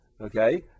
Okay